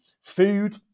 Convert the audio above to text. food